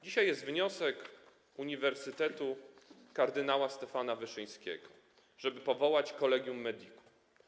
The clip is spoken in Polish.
Dzisiaj jest wniosek Uniwersytetu Kardynała Stefana Wyszyńskiego, żeby powołać Collegium Medicum.